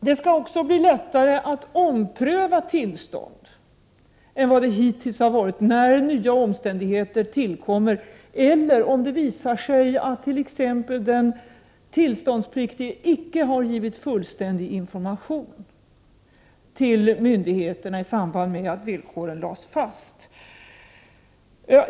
Det skall också bli lättare att ompröva tillstånd än vad det hittills har varit när nya omständigheter tillkommer eller om det t.ex. visar sig att den tillståndspliktige icke har givit fullständig information till myndigheterna i samband med att villkoren lades fast.